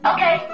Okay